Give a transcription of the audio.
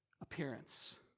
appearance